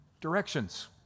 directions